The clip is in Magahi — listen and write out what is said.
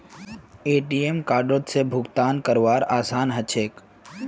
ए.टी.एम कार्डओत से भुगतान करवार आसान ह छेक